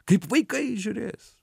kaip vaikai žiūrės